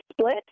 split